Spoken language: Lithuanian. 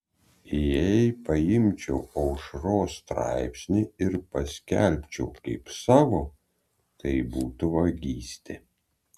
jei paimčiau aušros straipsnį ir paskelbčiau kaip savo tai būtų vagystė